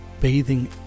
bathing